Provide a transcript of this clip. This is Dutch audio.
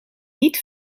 niet